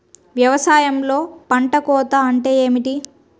వ్యవసాయంలో పంట కోత అంటే ఏమిటి?